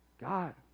God